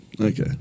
Okay